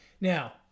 Now